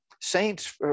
saints